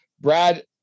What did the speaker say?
Brad